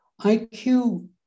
IQ